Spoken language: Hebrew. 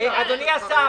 מצביעים.